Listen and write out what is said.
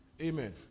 Amen